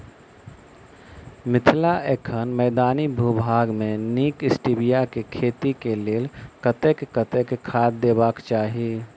मिथिला एखन मैदानी भूभाग मे नीक स्टीबिया केँ खेती केँ लेल कतेक कतेक खाद देबाक चाहि?